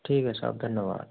ठीक है साहब धन्यवाद